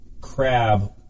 crab